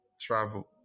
Travel